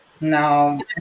No